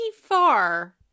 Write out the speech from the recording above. far